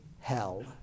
hell